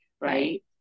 Right